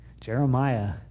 Jeremiah